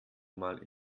mal